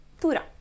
Tura